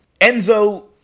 enzo